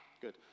Good